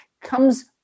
comes